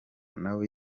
nawe